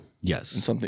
Yes